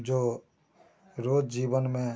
जो रोज़ जीवन में